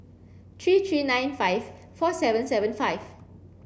three three nine five four seven seven five